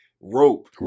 Rope